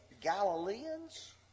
Galileans